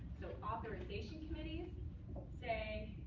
so authorization committees say